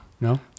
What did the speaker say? No